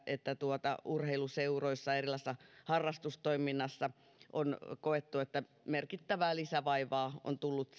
että urheiluseuroissa ja kaikenlaisessa harrastustoiminnassa on koettu että merkittävää lisävaivaa on tullut